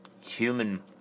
human